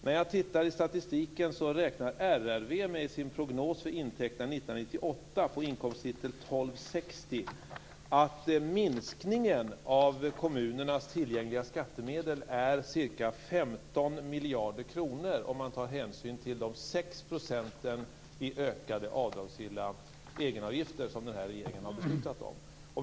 När jag tittar i statistiken räknar RRV i sin prognos för intäkterna 1998 på inkomstavsnittet 1260 med att minskningen av kommunernas tillgängliga skattemedel är ca 15 miljarder kronor om man tar hänsyn till de 6 % i ökade avdragsgilla egenavgifter som denna regering har fattat beslut om.